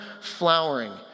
flowering